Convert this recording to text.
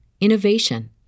innovation